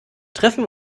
treffen